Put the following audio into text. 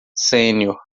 sênior